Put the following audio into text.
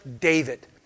David